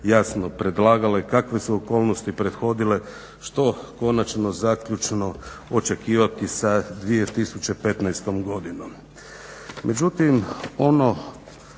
jasno predlagale, kakve su okolnosti prethodile, što konačno, zaključno očekivati sa 2015.godinom?